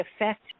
effect